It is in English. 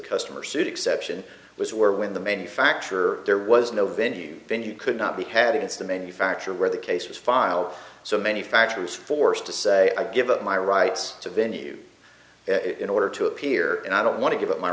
customer suit exception was where when the manufacturer there was no venue venue could not be having it's the manufacturer where the case was filed so many factors forced to say i give up my rights to venue in order to appear and i don't want to give up my